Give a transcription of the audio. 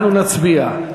אנחנו נצביע.